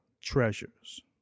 treasures